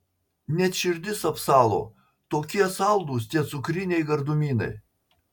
net širdis apsalo tokie saldūs tie cukriniai gardumynai